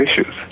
issues